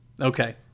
Okay